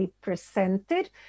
presented